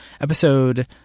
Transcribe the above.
episode